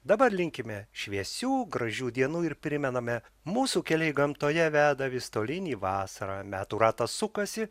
dabar linkime šviesių gražių dienų ir primename mūsų keliai gamtoje veda vis tolyn į vasarą metų ratas sukasi